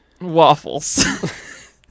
Waffles